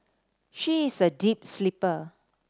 she is a deep sleeper